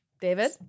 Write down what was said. David